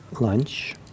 lunch